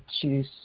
choose